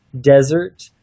desert